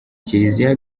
kiliziya